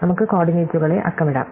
നമുക്ക് കോർഡിനേറ്റുകളെ അക്കമിടാം